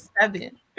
seven